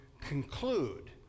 conclude